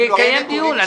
אני אקיים דיון.